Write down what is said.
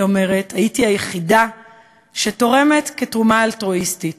היא אומרת הייתי היחידה שתורמת כתרומה אלטרואיסטית.